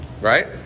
Right